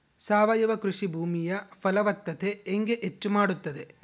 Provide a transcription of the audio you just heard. ಸಾವಯವ ಕೃಷಿ ಭೂಮಿಯ ಫಲವತ್ತತೆ ಹೆಂಗೆ ಹೆಚ್ಚು ಮಾಡುತ್ತದೆ?